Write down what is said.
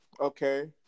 okay